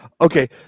Okay